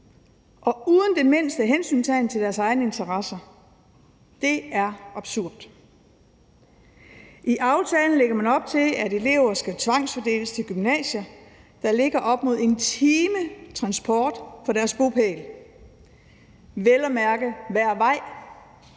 og uden den mindste hensyntagen til deres egne interesser. Det er absurd. I aftalen lægger man op til, at elever skal tvangsfordeles til gymnasier, der ligger op mod en times transport væk fra deres bopæl, vel at mærke hver vej,